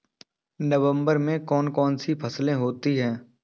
नवंबर में कौन कौन सी फसलें होती हैं?